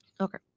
okay